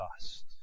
dust